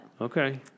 Okay